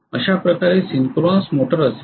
अशा प्रकारे synchronous motor असेल